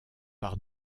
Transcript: par